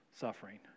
suffering